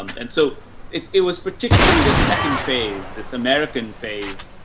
um and so it it was particularly the second phase, this american phase,